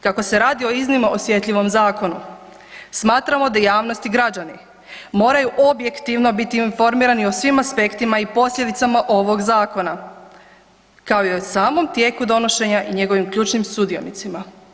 Kako se radi o iznimno osjetljivom zakonu, smatramo da javnost i građani moraju objektivno biti informirani o svim aspektima i posljedicama ovog zakona, kao i o samom tijeku donošenja i njegovim ključnim sudionicima.